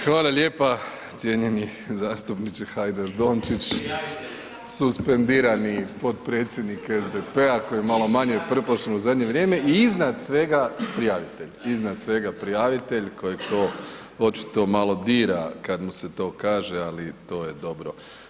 Hvala lijepa cijenjeni zastupniče Hajdaš Dončić, suspendirani potpredsjednik SDP-a koji je malo manje prpošan u zadnje vrijeme i iznad svega prijavitelj, iznad svega prijavitelj kojeg to očito malo dira kada mu se to kaže ali to je dobro.